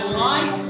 life